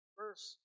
verse